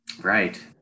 Right